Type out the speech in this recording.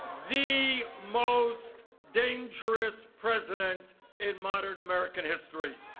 the most dangerous president in modern american history.